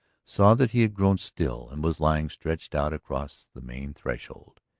saw that he had grown still, and was lying stretched out across the main threshold.